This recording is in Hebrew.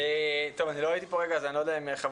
חבר